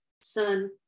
son